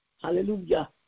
Hallelujah